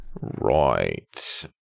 Right